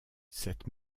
cette